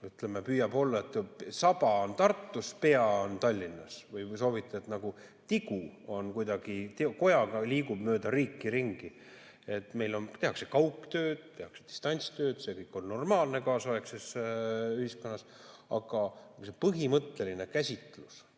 ütleme, püüab olla nii, et saba on Tartus ja pea on Tallinnas või kui soovite, nagu tigu kuidagi kojaga liigub mööda riiki ringi ... Et meil tehakse kaugtööd, tehakse distantstööd, see kõik on normaalne kaasaegses ühiskonnas, aga see põhimõtteline käsitlus,